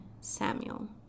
samuel